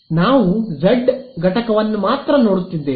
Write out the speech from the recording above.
ನಾವು z ಘಟಕವನ್ನು ಮಾತ್ರ ನೋಡುತ್ತಿದ್ದೇವೆ